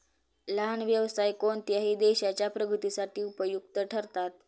लहान व्यवसाय कोणत्याही देशाच्या प्रगतीसाठी उपयुक्त ठरतात